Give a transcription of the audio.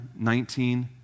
19